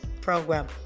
program